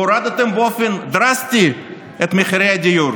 והורדתם באופן דרסטי את מחירי הדיור.